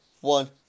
one